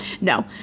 No